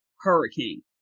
hurricane